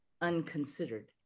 unconsidered